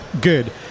good